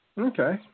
Okay